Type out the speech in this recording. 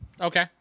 Okay